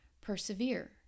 Persevere